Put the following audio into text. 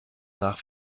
nach